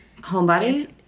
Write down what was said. homebody